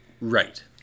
Right